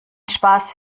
spaß